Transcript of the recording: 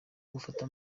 gufata